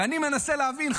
ואני מנסה להבין,